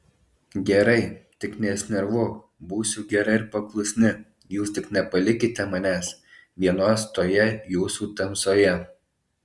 gerai tik nesinervuok būsiu gera ir paklusni jūs tik nepalikite manęs vienos toje jūsų tamsoje